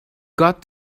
got